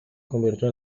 convirtió